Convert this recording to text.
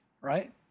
right